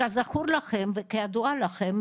כזכור לכם וכידוע לכם,